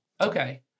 Okay